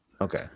Okay